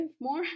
more